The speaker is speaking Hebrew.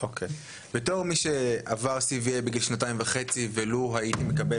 בתור מי שעבר CVA בגיל שנתיים וחצי ולו הייתי מקבל